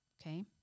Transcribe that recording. okay